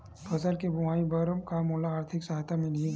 फसल के बोआई बर का मोला आर्थिक सहायता मिलही?